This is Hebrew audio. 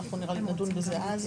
אנחנו נדון בזה אז.